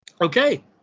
okay